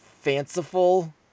fanciful